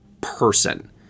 person